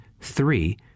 three